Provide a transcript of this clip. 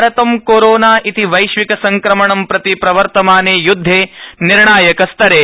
भारतं कोरोना इति वैश्वकसंक्रमणं प्रति प्रवर्तमाने यूदधे निर्णायकस्तरे